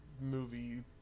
movie